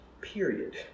period